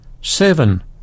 Seven